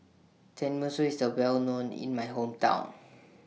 Tenmusu IS A Well known in My Hometown